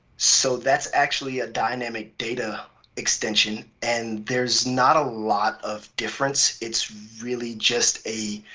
so that's actually a dynamic data extension. and there's not a lot of difference, it's really just a